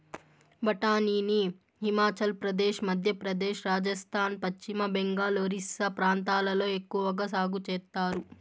బఠానీని హిమాచల్ ప్రదేశ్, మధ్యప్రదేశ్, రాజస్థాన్, పశ్చిమ బెంగాల్, ఒరిస్సా ప్రాంతాలలో ఎక్కవగా సాగు చేత్తారు